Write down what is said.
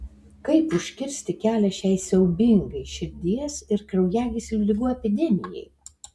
kaip užkirsti kelią šiai siaubingai širdies ir kraujagyslių ligų epidemijai